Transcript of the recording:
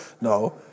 No